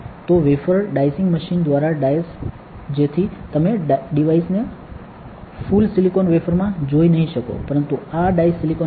તો wafer dicing machine દ્વારા diced જેથી તમે ડિવાઇસ ને ફૂલ સિલિકોન વેફરમાં જોઈ નહીં શકો પરંતુ આ ડાઈસ્ડ સિલિકોન વેફર છે